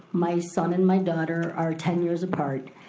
my son and my daughter are ten years apart.